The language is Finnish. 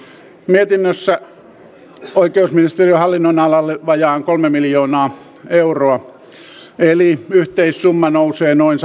mietinnössä oikeusministeriön hallinnonalalle vajaat kolme miljoonaa euroa eli yhteissumma nousee noin